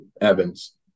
Evans